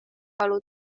valu